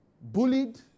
Bullied